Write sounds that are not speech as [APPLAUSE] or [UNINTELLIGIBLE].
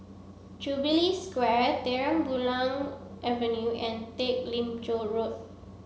Jubilee Square Terang Bulan Avenue and Teck Lim [UNINTELLIGIBLE] Road